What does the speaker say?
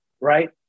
Right